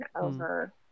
over